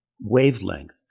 wavelength